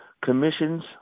commissions